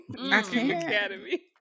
Academy